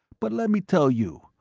but let me tell you,